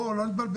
בואו לא נתבלבל.